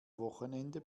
wochenende